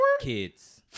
Kids